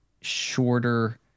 shorter